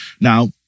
Now